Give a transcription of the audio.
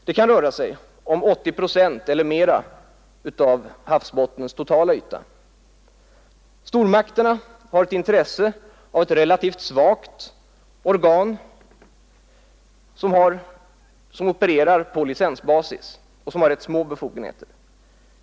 Det kan röra sig om 80 procent eller mer av havsbottnens totala yta. Stormakterna har intresse av ett relativt svagt organ som opererar på licensbasis och som har rätt små befogenheter.